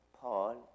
Paul